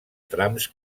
trams